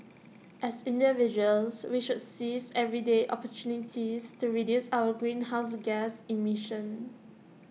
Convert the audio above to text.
as individuals we should seize everyday opportunities to reduce our greenhouse gas emissions